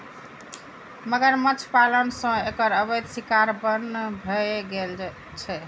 मगरमच्छ पालन सं एकर अवैध शिकार बन्न भए गेल छै